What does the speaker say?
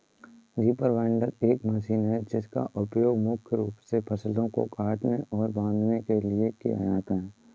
reaper binder एक machine है जिसका उपयोग मुख्य रूप से फसलों को काटने और बांधने के लिए किया जाता है